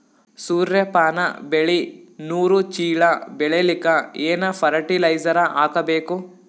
ಸೂರ್ಯಪಾನ ಬೆಳಿ ನೂರು ಚೀಳ ಬೆಳೆಲಿಕ ಏನ ಫರಟಿಲೈಜರ ಹಾಕಬೇಕು?